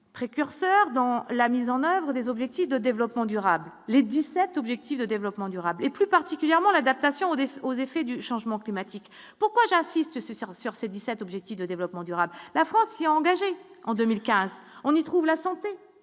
Précurseur dans la mise en oeuvre des objectifs de développement durable, les 17 Objectifs de développement durable et plus particulièrement l'adaptation défis aux effets du changement climatique, pourquoi j'insiste, ce soir, sur ces 17 Objectifs de développement durable, la France est engagée en 2015 on y trouve la santé,